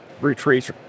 retreats